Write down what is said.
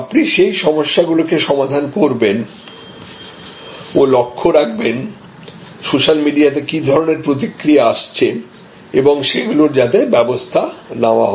আপনি সেই সমস্যাগুলিকে সমাধান করবেন ও লক্ষ্য রাখবেন সোশ্যাল মিডিয়াতে কি ধরনের প্রতিক্রিয়া আসছে এবং সেগুলির যাতে ব্যবস্থা নেওয়া হয়